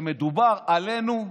כשמדובר עלינו,